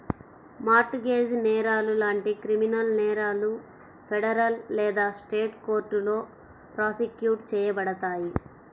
mart gauge నేరాలు లాంటి criminal నేరాలు ఫెడరల్ లేదా స్టేట్ కోర్టులో ప్రాసిక్యూట్ చేయబడతాయి